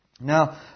Now